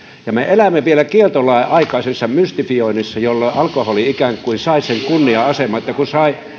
vuosikymmeniä me elämme vielä kieltolain aikaisessa mystifioinnissa jolloin alkoholi ikään kuin sai sen kunnia aseman että kun